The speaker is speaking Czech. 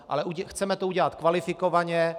Ale chceme to udělat kvalifikovaně.